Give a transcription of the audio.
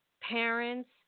parents